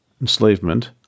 enslavement